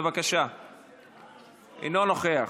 אינו נוכח,